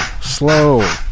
Slow